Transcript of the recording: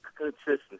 consistency